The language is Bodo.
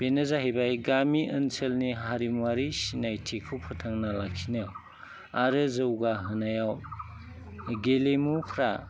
बिनो जाहैबाय गामि ओनसोलनि हारिमुआरि सिनायथिखौ फोथांना लाखिनायाव आरो जौगाहोनायाव गेलेमुफ्रा